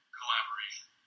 collaboration